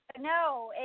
No